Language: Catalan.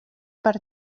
per